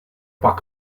par